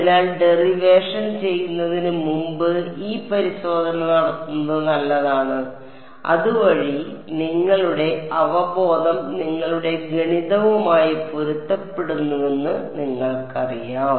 അതിനാൽ ഡെറിവേഷൻ ചെയ്യുന്നതിന് മുമ്പ് ഈ പരിശോധന നടത്തുന്നത് നല്ലതാണ് അതുവഴി നിങ്ങളുടെ അവബോധം നിങ്ങളുടെ ഗണിതവുമായി പൊരുത്തപ്പെടുന്നുവെന്ന് നിങ്ങൾക്കറിയാം